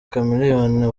chameleone